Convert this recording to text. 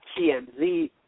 TMZ